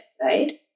right